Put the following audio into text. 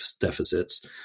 deficits